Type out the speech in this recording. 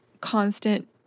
constant